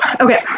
Okay